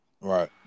Right